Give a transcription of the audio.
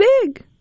big